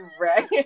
right